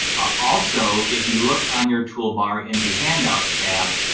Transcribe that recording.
also, if you look on your toolbar in the handouts tab,